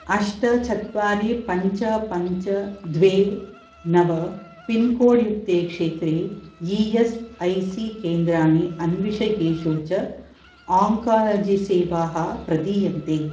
अष्ट चत्वारि पञ्च पञ्च द्वे नव पिन्कोड् युक्ते क्षेत्रे ई एस् ऐ सी केन्द्राणि अन्विष येषु च आङ्कालजी सेवाः प्रदीयन्ते